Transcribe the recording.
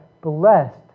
blessed